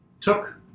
took